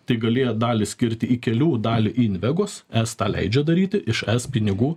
tai galėjo dalį skirti į kelių dalį į invegos e s tą leidžia daryti iš e s pinigų